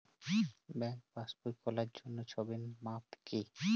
ব্যাঙ্কে পাসবই খোলার জন্য ছবির মাপ কী?